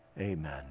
amen